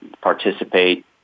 participate